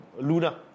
Luna